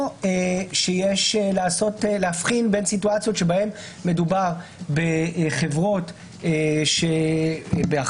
או שיש להבחין בין סיטואציות שבהן מדובר בחברות שבאחריות,